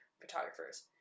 photographers